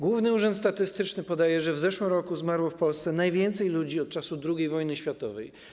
Główny Urząd Statystyczny podaje, że w zeszłym roku zmarło w Polsce najwięcej ludzi od czasu II wojny światowej.